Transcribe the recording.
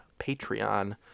Patreon